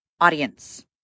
audience